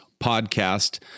podcast